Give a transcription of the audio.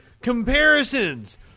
comparisons